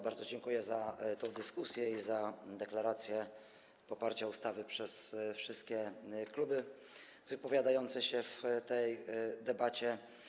Bardzo dziękuję za tę dyskusję i za deklarację poparcia ustawy przez wszystkie kluby biorące udział w tej debacie.